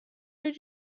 did